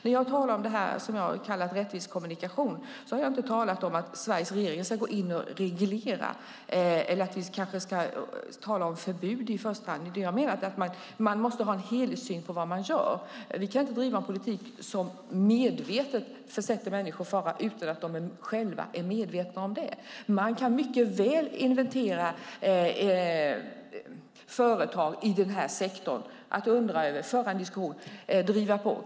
När jag talar om det som jag har kallat rättvis kommunikation har jag inte talat om att Sveriges regering ska gå in och reglera eller att vi kanske ska tala om förbud i första hand. Jag menar att man måste ha en helhetssyn på vad man gör. Vi kan inte driva en politik som medvetet försätter människor i fara utan att de själva är medvetna om det. Man kan mycket väl inventera företag i denna sektor, föra en diskussion och driva på.